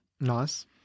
Nice